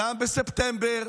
גם בספטמבר,